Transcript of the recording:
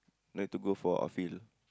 no need to go for out field